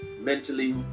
mentally